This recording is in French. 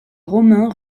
romains